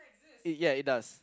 it ya it does